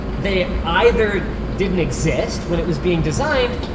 they either didn't exist when it was being designed,